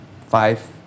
five